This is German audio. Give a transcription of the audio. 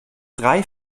drei